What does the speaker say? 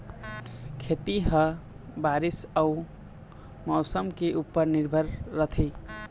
खेती ह बारीस अऊ मौसम के ऊपर निर्भर रथे